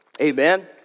Amen